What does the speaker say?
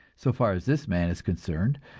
so far as this man is concerned,